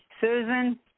Susan